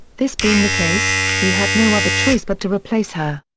this being the case, we had no other choice but to replace her.